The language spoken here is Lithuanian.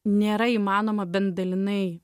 nėra įmanoma bent dalinai